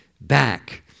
back